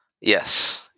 Yes